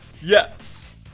Yes